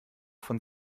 von